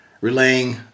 relaying